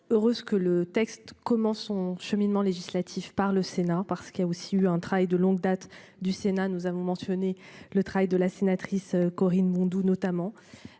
Heureuse que le texte comment son cheminement législatif par le Sénat parce qu'il y a aussi eu un travail de longue date du Sénat, nous avons mentionné le travail de la sénatrice Corinne Mondou notamment.